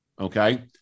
Okay